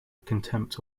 contempt